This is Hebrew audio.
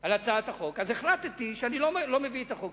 על הצעת החוק, החלטתי שאני לא מביא את החוק.